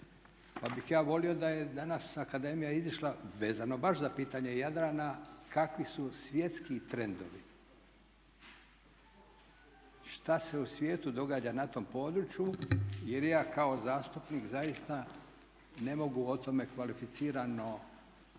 Pa bih ja volio da je danas akademija izišla, vezano baš za pitanje Jadrana kakvi su svjetski trendovi, šta se u svijetu događa na tom području jer ja kao zastupnik zaista ne mogu o tome kvalificirano